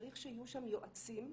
צריך שיהיו שם יועצים,